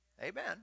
amen